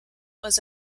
was